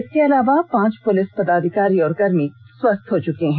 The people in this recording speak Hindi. इसके अलावा पांच पुलिस पदाधिकारी और कर्मी स्वस्थ हो चुके है